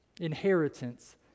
inheritance